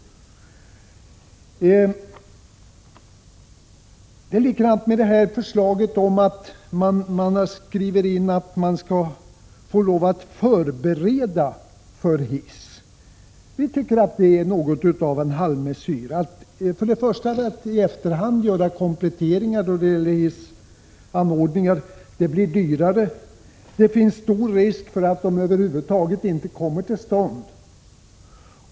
Det är likadant med förslaget om att byggnader endast skall behöva förberedas för hiss. Vi tycker att det är något av en halvmesyr. För det första blir det dyrare att i efterhand göra kompletteringar med vissa anordningar. Det är stor risk för att sådana kompletteringar över huvud taget inte kommer till stånd.